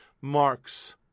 marks